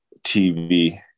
tv